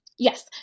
Yes